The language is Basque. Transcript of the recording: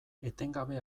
etengabe